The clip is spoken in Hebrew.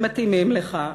הם מתאימים לך.